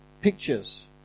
pictures